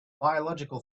biological